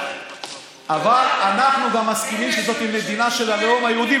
אבל אנחנו גם מסכימים שזאת מדינה של הלאום היהודי,